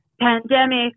pandemic